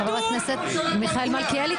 --- חבר הכנסת מיכאל מלכיאלי,